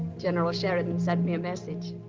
general sheridan sent me a message.